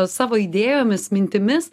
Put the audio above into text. savo idėjomis mintimis